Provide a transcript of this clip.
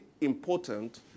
important